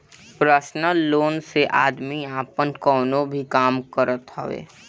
personal loan से आदमी आपन कवनो भी काम करत हवे